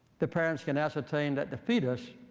the parents can ascertain that the fetus